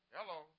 Hello